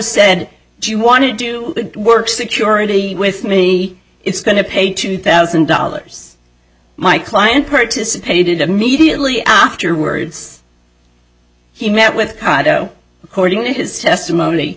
said do you want to do work security with me it's going to pay two thousand dollars my client participated immediately afterwards he met with audio recording of his testimony